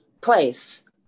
place